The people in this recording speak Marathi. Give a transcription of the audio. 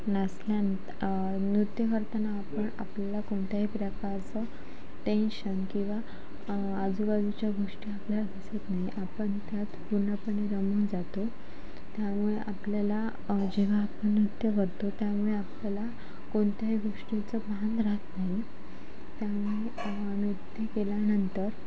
नाचल्यानंतर नृत्य करताना आपण आपल्याला कोणत्याही प्रकारचं टेन्शन किंवा आजूबाजूच्या गोष्टी आपल्याच होत नाही आपण त्यात पूर्णपणे रमून जातो त्यामुळे आपल्याला जेव्हा आपण नृत्य करतो त्यामुळे आपल्याला कोनत्याही गोष्टीचं भान राहत नाही त्यामुळे नृत्य केल्यानंतर